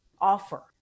offer